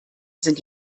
sind